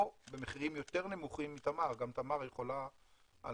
או במחירים יותר נמוכים מתמר גם תמר יכולה על